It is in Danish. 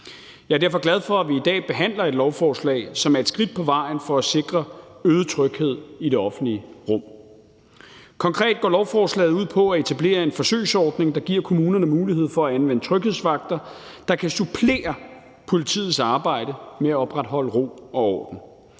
Jeg er derfor glad for, at vi i dag behandler et lovforslag, som er et skridt på vejen for at sikre øget tryghed i det offentlige rum. Konkret går lovforslaget ud på at etablere en forsøgsordning, der giver kommunerne mulighed for at anvende tryghedsvagter, der kan supplere politiets arbejde med at opretholde ro og orden.